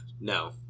No